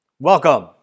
Welcome